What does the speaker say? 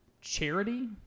charity